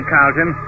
Carlton